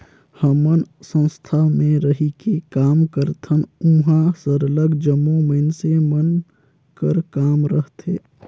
हमन संस्था में रहिके काम करथन उहाँ सरलग जम्मो मइनसे मन कर काम रहथे